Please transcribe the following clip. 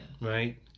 right